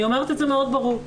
אני אומרת את זה מאוד ברור.